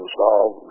solve